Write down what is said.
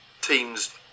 teams